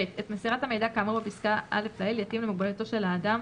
(ב) את מסירת המידע כאמור בפסקה (א) לעיל יתאים למוגבלותו של אדם,